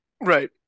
Right